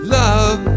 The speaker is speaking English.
love